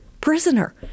prisoner